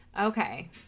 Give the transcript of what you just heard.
Okay